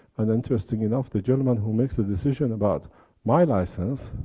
and, interestingly enough, the gentleman who makes the decision about my license,